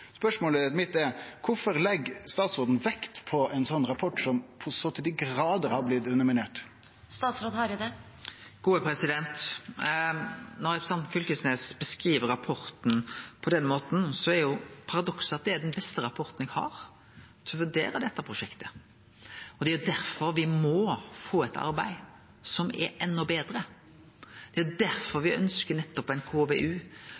Spørsmålet mitt er: Kvifor legg statsråden vekt på ein rapport som så til dei grader har blitt underminert? Når representanten Knag Fylkesnes beskriv rapporten på den måten, er paradokset at det er den beste rapporten eg har til å vurdere dette prosjektet. Det er jo derfor me må få eit arbeid som er enda betre. Det er nettopp derfor me ønskjer ein KVU.